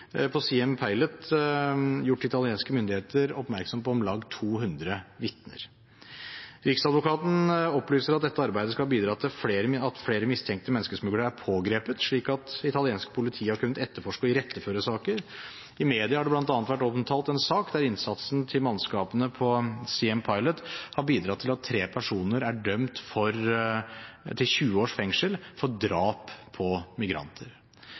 på Siem Pilot gjort italienske myndigheter oppmerksom på om lag 200 vitner. Riksadvokaten opplyser at dette arbeidet skal bidra til at flere mistenkte menneskesmuglere er pågrepet, slik at italiensk politi har kunnet etterforske og iretteføre saker. I mediene har det bl.a. vært omtalt en sak der innsatsen til mannskapene på Siem Pilot har bidratt til at tre personer er dømt til 20 års fengsel for drap på migranter.